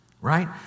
right